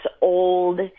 old